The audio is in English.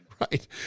Right